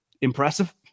impressive